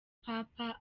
papa